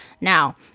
Now